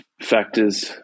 Factors